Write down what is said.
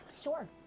sure